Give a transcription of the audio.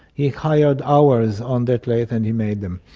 he hired hours on that lathe and he made them.